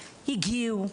הגיעו.